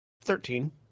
Thirteen